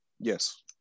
Yes